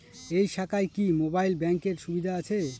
এই শাখায় কি মোবাইল ব্যাঙ্কের সুবিধা আছে?